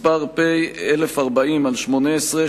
פ/1040/18,